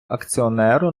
акціонеру